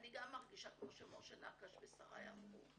אני גם מרגישה כמו שנקש ושרי אמרו,